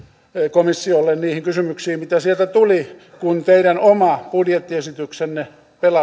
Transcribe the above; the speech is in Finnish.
komissiolle niihin kysymyksiin mitä sieltä tuli kun teidän oma budjettiesityksenne